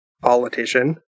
politician